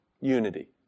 unity